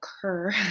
occur